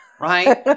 right